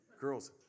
Girls